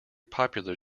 popular